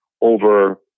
over